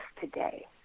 today